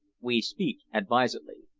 we speak advisedly.